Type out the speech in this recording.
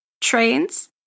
Trains